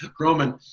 Roman